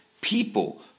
people